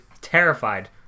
Terrified